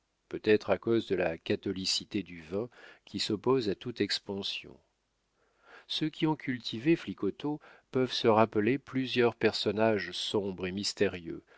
peut-être à cause de la catholicité du vin qui s'oppose à toute expansion ceux qui ont cultivé flicoteaux peuvent se rappeler plusieurs personnages sombres et mystérieux